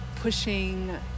pushing